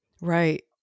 Right